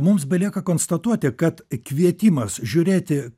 mums belieka konstatuoti kad kvietimas žiūrėti